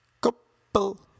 Couple